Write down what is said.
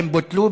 הן בוטלו,